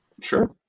Sure